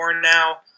now